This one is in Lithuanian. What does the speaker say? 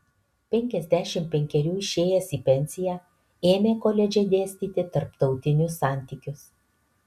penkiasdešimt penkerių išėjęs į pensiją ėmė koledže dėstyti tarptautinius santykius